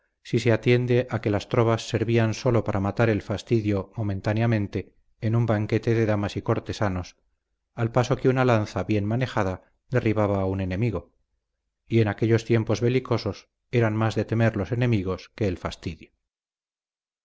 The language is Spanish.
si se atiende a que las trovas servían sólo para matar el fastidio momentáneamente en un banquete de damas y cortesanos al paso que una lanza bien manejada derribaba a un enemigo y en aquellos tiempos belicosos eran más de temer los enemigos que el fastidio